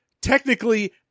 technically